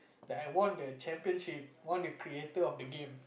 that I won the championship won the creator of the game